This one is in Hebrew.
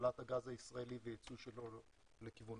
להנזלת הגז הישראלי וייצוא שלו לכיוון